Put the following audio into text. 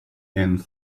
and